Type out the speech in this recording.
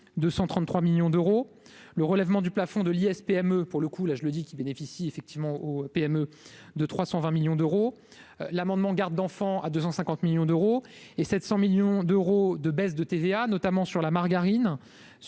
133 millions d'euros, le relèvement du plafond de l'liesse PME pour le coup, là je le dis, qui bénéficie effectivement aux PME de 320 millions d'euros, l'amendement, garde d'enfants à 250 millions d'euros et 700 millions d'euros de baisses de TVA notamment sur la margarine